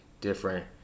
different